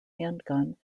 handgun